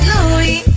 Louis